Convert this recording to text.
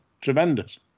tremendous